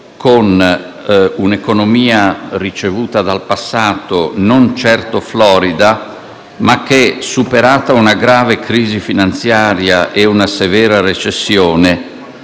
con un'economia ricevuta dal passato non certo florida, ma che, superata una grave crisi finanziaria e una severa recessione,